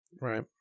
Right